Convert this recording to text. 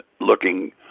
looking